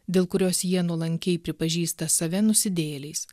dėl kurios jie nuolankiai pripažįsta save nusidėjėliais